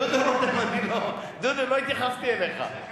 דודו, לא התייחסתי אליך.